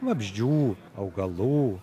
vabzdžių augalų